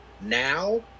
Now